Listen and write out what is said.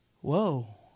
whoa